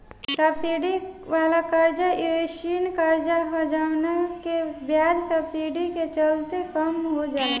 subsidy वाला कर्जा एयीसन कर्जा ह जवना के ब्याज सब्सिडी के चलते कम हो जाला